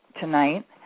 tonight